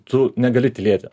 tu negali tylėti